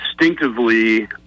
instinctively